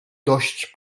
dość